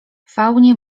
faunie